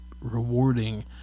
rewarding